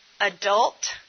adult